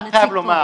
אני רק חייב לומר,